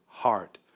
heart